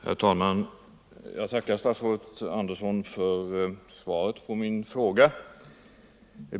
Herr talman! Jag tackar statsrådet Andersson för svaret på min fråga.